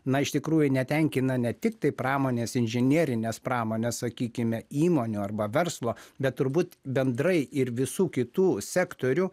na iš tikrųjų netenkina ne tiktai pramonės inžinerinės pramonės sakykime įmonių arba verslo bet turbūt bendrai ir visų kitų sektorių